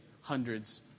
hundreds